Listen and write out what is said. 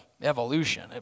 evolution